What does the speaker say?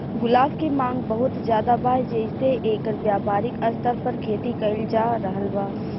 गुलाब के मांग बहुत ज्यादा बा जेइसे एकर व्यापारिक स्तर पर खेती कईल जा रहल बा